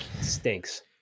Stinks